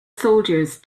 soldiers